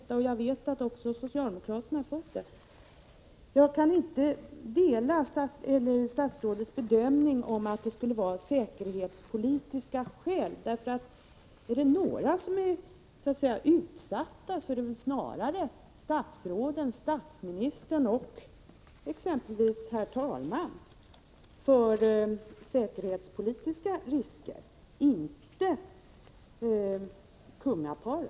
En nedläggning av långvårdsbyrån, vid en tidpunkt då långvården står inför en stor omstrukturering, ter sig tämligen märklig. Anser statsrådet att en nedläggning av socialstyrelsens långvårdsbyrå skulle stå i samklang med riksdagens tidigare fattade beslut om att en långvårdsbyrå skall finnas och att långvården är ett prioriterat område?